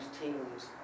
Teams